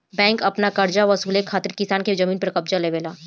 bank अपन करजा वसूले खातिर किसान के जमीन पर कब्ज़ा लेवेला